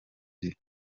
gihe